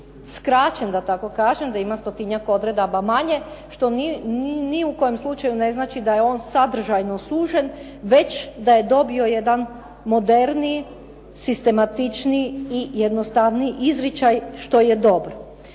skraćen da tako kažem, da ima stotinjak odredaba manje, što ni u kom slučaju ne znači da je on sadržajno sužen, već da je dobio jedan moderniji, sistematičniji i jednostavniji izričaj što je dobro.